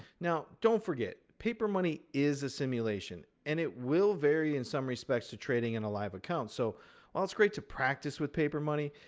now, don't forget, papermoney is a simulation, and it will vary in some respects to trading in a live account. so while it's great to practice with papermoney,